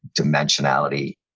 dimensionality